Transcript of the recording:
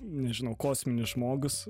nežinau kosminis žmogus